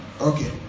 Okay